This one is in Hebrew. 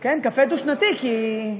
כן, קפה דו-שנתי, כי,